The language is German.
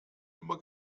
immer